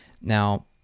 now